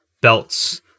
belts